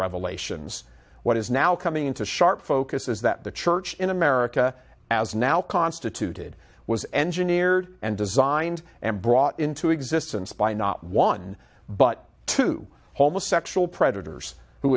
revelations what is now coming into sharp focus is that the church in america as now constituted was engineered and designed and brought into existence by not one but two homo sexual predators who